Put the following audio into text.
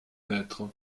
maîtres